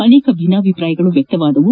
ಅನೇಕ ಭಿನ್ನಾಭಿಪ್ರಾಯಗಳು ವ್ಯಕ್ತವಾದವು